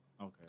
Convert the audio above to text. Okay